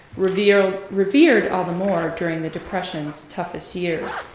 revered revered all the more during the depression's toughest years.